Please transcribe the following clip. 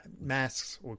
masks